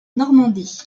normandie